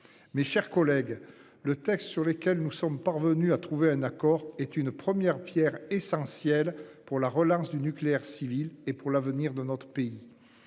Mes chers collègues. Le texte sur lesquels nous sommes parvenus à trouver un accord est une première Pierre essentielle pour la relance du nucléaire civil et pour l'avenir de notre pays.